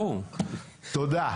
תודה.